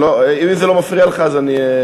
אם זה לא מפריע לך אני אמשיך.